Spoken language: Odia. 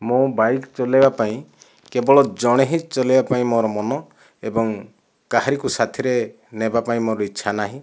ମୁଁ ବାଇକ୍ ଚଲେଇବା ପାଇଁ କେବଳ ଜଣେ ହିଁ ଚଲେଇବା ପାଇଁ ମୋର ମନ ଏବଂ କାହାରିକୁ ସାଥିରେ ନେବାପାଇଁ ମୋର ଇଚ୍ଛା ନାହିଁ